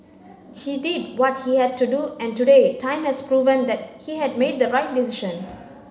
he did what he had to do and today time has proven that he had made the right decision